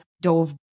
dove